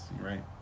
right